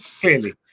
clearly